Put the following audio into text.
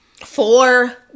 four